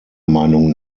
meinung